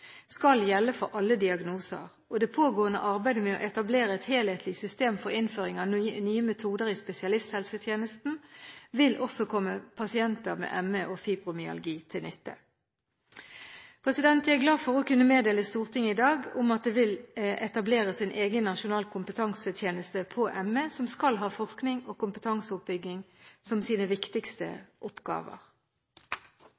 skal gjelde for alle diagnoser. Det pågående arbeidet med å etablere et helhetlig system for innføring av nye metoder i spesialisthelsetjenesten vil også komme pasienter med ME og fibromyalgi til nytte. Jeg er glad for å kunne meddele Stortinget i dag at det vil etableres en egen nasjonal kompetansetjeneste på ME, som skal ha forskning og kompetanseoppbygging som sine viktigste